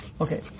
Okay